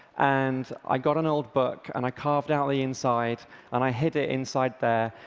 and i got an old book and i carved out the inside and i hid it inside there,